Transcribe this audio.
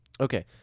Okay